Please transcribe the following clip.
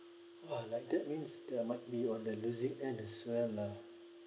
oh like that means they might be on the loosing end as well lah